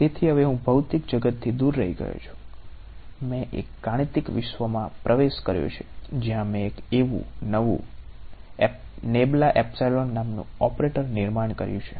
તેથી હવે હું ભૌતિક જગતથી દૂર રહી ગયો છું મેં એક ગાણિતિક વિશ્વમાં પ્રવેશ કર્યો છે જ્યાં મેં એક નવું નામનું ઓપરેટર નિર્માણ કર્યું છે